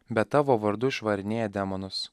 bet tavo vardu išvarinėja demonus